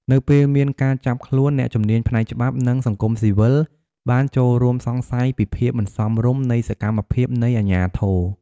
នៅពេលមានការចាប់ខ្លួន អ្នកជំនាញផ្នែកច្បាប់ និងសង្គមស៊ីវិលបានចូលរួមសង្ស័យពីភាពមិនសមរម្យនៃសកម្មភាពនៃអាជ្ញាធរ។